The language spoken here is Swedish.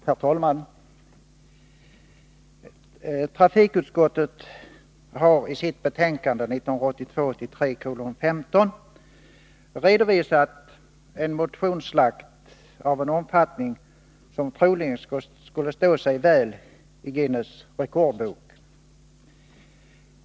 Herr talman! Trafikutskottet har i sitt betänkande 1982/83:15 redovisat en motionsslakt av en omfattning som troligen skulle stå sig väl i Guinness rekordbok.